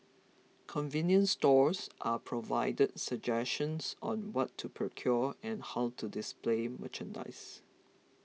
convenience stores are provided suggestions on what to procure and how to display merchandise